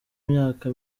myaka